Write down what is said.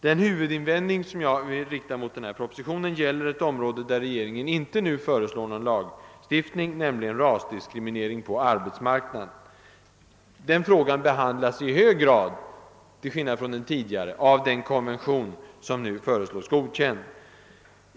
Den huvudinvändning jag vill rikta mot propositionen gäller ett område där regeringen inte nu föreslår någon lagstiftning, nämligen rasdiskriminering på arbetsmarknaden. Den frågan behandlas, till skillnad från den tidigare, i hög grad i den konvention som nu föreslås godkänd.